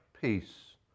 peace